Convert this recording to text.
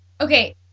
Okay